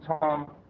Tom